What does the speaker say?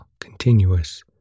continuous